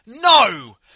No